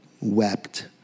wept